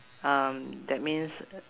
um that means